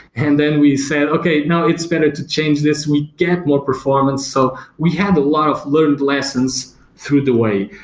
and and we said, okay. now, it's better to change this. we get performance. so we had a lot of learned lessons through the way.